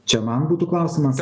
čia man būtų klausimas